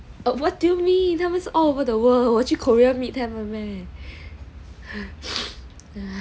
what do you mean that was all over the world 我去 Korea meet 他们 meh